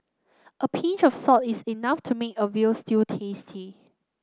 a pinch of salt is enough to make a veal stew tasty